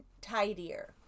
tidier